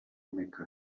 mecca